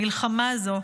המלחמה הזו,